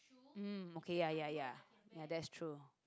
mm okay ya ya ya ya that's true